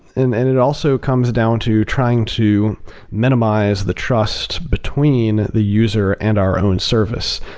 and and it also comes down to trying to minimize the trust between the user and our own service.